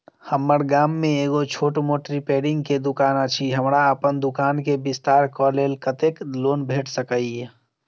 हम्मर गाम मे एगो छोट मोट रिपेयरिंग केँ दुकान अछि, हमरा अप्पन दुकान केँ विस्तार कऽ लेल कत्तेक लोन भेट सकइय?